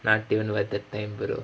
not even worth it time brother